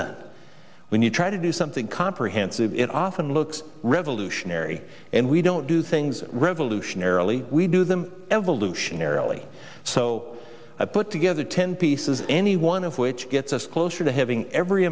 then when you try to do something comprehensive it often looks revolutionary and we don't do things revolutionarily we do them evolutionarily so i put together ten pieces any one of which gets us closer to having every